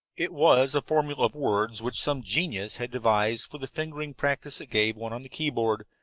it was a formula of words which some genius had devised for the fingering practice it gave one on the keyboard,